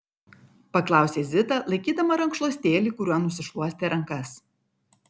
paklausė zita laikydama rankšluostėlį kuriuo nusišluostė rankas